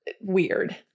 weird